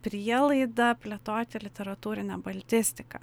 prielaida plėtoti literatūrinę baltistiką